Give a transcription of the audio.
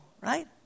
right